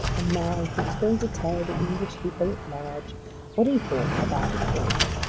and now he was going to tell the english people at large what he thought about it all.